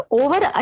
over